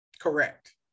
Correct